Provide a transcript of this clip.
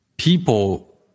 people